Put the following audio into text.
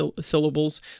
syllables